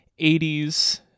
80s